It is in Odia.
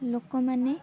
ଲୋକମାନେ